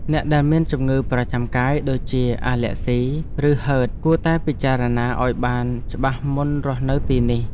អ្នកដែលមានជំងឺប្រចាំកាយដូចជាអាលែកហ្ស៊ី ឬហឺតគួរតែពិចារណាឱ្យបានច្បាស់មុនរស់នៅទីនេះ។